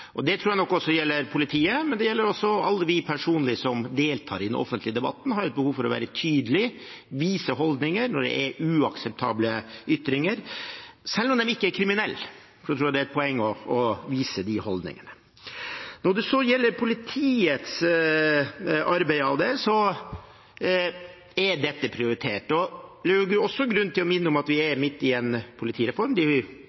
Det tror jeg nok gjelder politiet, men det gjelder også alle oss som personlig deltar i den offentlige debatten. Vi har et behov for å være tydelig, vise holdninger når det kommer uakseptable ytringer – selv om de ikke er kriminelle, tror jeg er det er et poeng å vise holdningene. Når det gjelder politiets arbeid, er dette prioritert. Det er også grunn til å minne om at vi er midt i en politireform. Stortinget har behandlet politireformen for en stund siden; politiet er i gang med reformen nå. De